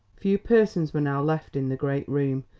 few persons were now left in the great room,